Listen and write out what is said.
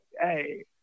hey